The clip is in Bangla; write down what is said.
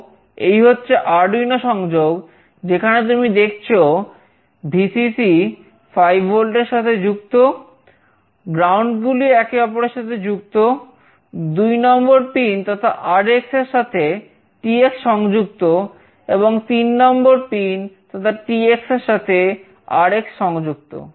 তো এই হচ্ছে আরডুইনো সংযুক্ত